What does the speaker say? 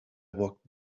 walked